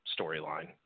storyline